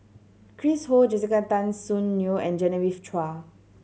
Chris Ho Jessica Tan Soon Neo and Genevieve Chua